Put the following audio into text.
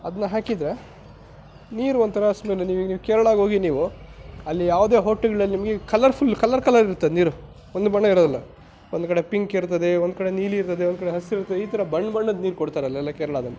ಅದನ್ನ ಹಾಕಿದರೆ ನೀರು ಒಂಥರ ಸ್ಮೆಲ್ಲು ನೀವು ಈಗ ಕೇರಳಾಗೆ ಹೋಗಿ ನೀವು ಅಲ್ಲಿ ಯಾವುದೇ ಹೋಟೆಲ್ಗಳಲ್ಲಿ ನಿಮಗೆ ಕಲರ್ಫುಲ್ ಕಲರ್ ಕಲರ್ ಇರತ್ತೆ ನೀರು ಒಂದೇ ಬಣ್ಣ ಇರೋಲ್ಲ ಒಂದು ಕಡೆ ಪಿಂಕ್ ಇರ್ತದೆ ಒಂದು ಕಡೆ ನೀಲಿ ಇರ್ತದೆ ಒಂದು ಕಡೆ ಹಸಿರು ಇರತ್ತೆ ಈ ಥರ ಬಣ್ಣ ಬಣ್ಣದ ನೀರು ಕೊಡ್ತಾರೆ ಅಲ್ಲೆಲ್ಲ ಕೇರಳಾದಲ್ಲಿ